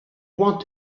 want